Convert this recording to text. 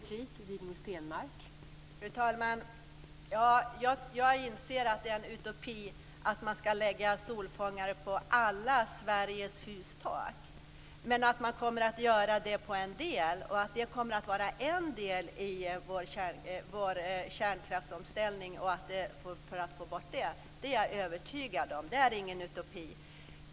Fru talman! Jag inser att det är en utopi att man ska lägga solfångare på alla Sveriges hustak. Men att man kommer att göra det på en del och att det kommer att vara en del i vår kärnkraftsomställning och för att få bort den är jag övertygad om. Det är ingen utopi.